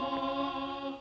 oh